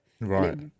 Right